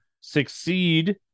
succeed